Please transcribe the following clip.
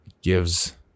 gives